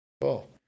Cool